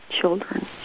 children